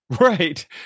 Right